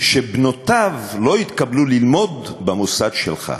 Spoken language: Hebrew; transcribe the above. שבנותיו לא יתקבלו ללמוד במוסד שלך.